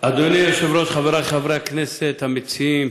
אדוני היושב-ראש, חברי חברי הכנסת המציעים,